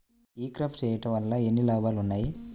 ఈ క్రాప చేయుట వల్ల ఎన్ని లాభాలు ఉన్నాయి?